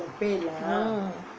mm